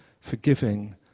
forgiving